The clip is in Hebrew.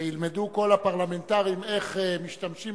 וילמדו כל הפרלמנטרים איך משתמשים